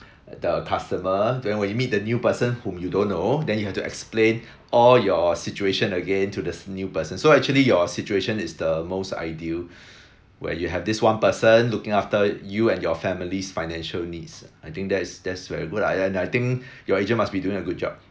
the customer then when you meet the new person whom you don't know then you have to explain all your situation again to this new person so actually your situation is the most ideal where you have this one person looking after you and your family's financial needs I think that's that's very good lah I I I think your agent must be doing a good job